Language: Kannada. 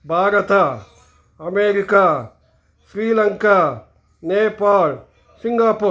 Bharat America Sri Lanka Nepal Singapore